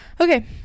Okay